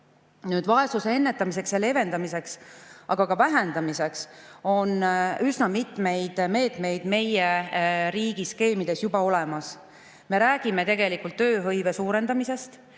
Vaesuse ennetamiseks ja leevendamiseks, aga ka vähendamiseks on üsna mitmeid meetmeid meie riigi skeemides juba olemas. Me räägime tööhõive suurendamisest,